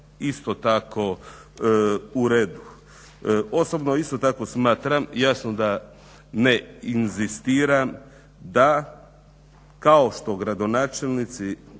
isto tako uredu. Osobno isto tako smatram jasno da ne inzistiram da kao što gradonačelnici,